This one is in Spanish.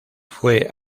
fue